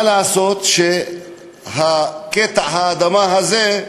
מה לעשות שקטע האדמה הזה,